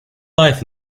life